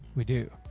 we do.